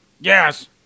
Yes